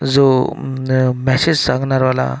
जो मॅसेज सांगणाऱ्याला